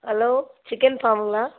hello chicken ஃபார்ம்ங்களா